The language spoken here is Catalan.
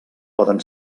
poden